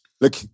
Look